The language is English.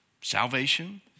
salvation